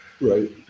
Right